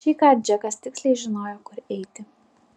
šįkart džekas tiksliai žinojo kur eiti